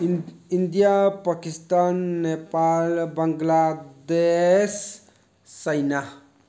India Pakistan Nepal Bangladesh China